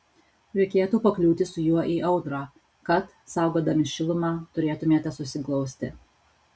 reikėtų pakliūti su juo į audrą kad saugodami šilumą turėtumėte susiglausti